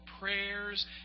prayers